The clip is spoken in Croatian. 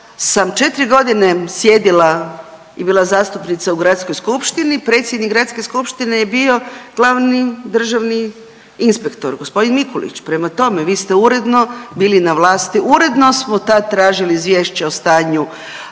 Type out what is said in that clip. sam 4 godine sjedila i bila zastupnica u gradskoj skupštini, predsjednik gradske skupštine je bio glavni državni inspektor gospodin Mikulić. Prema tome, vi ste uredno bili uredno na vlasti, uredno smo tad tražili izvješće o stanju